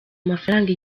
amafaranga